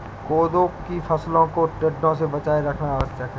कोदो की फसलों को टिड्डों से बचाए रखना आवश्यक है